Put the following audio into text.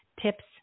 tips